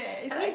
I mean